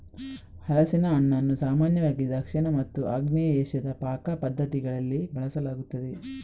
ಹಲಸಿನ ಹಣ್ಣನ್ನು ಸಾಮಾನ್ಯವಾಗಿ ದಕ್ಷಿಣ ಮತ್ತು ಆಗ್ನೇಯ ಏಷ್ಯಾದ ಪಾಕ ಪದ್ಧತಿಗಳಲ್ಲಿ ಬಳಸಲಾಗುತ್ತದೆ